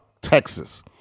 Texas